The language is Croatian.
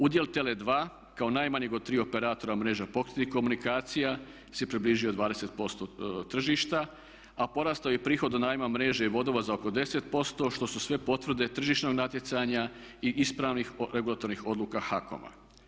Udjel TELE2 kao najmanjeg od tri operatora mreža pokretnih komunikacija si je približio 20% tržišta a porastao je i prihod od najma mreže i vodova za oko 10% što su sve potvrde tržišnog natjecanja i ispravnih regulatornih odluka HAKOM-a.